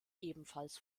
ebenfalls